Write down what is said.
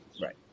right